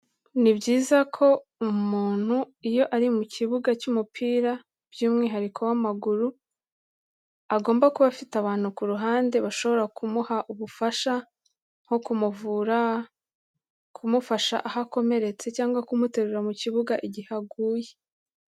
Ni byiza ko umuntu iyo ari mu kibuga cy'umupira by'umwihariko w'amaguru agomba kuba afite abantu ku ruhande bashobora kumuha ubufasha, nko kumuvura, kumufasha aho akomeretse cyangwa kumuterura mu kibuga igihe aguye.